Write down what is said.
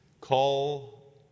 Call